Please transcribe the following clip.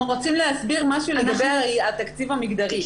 אנחנו רוצים להסביר משהו לגבי התקציב המגדרי.